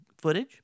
footage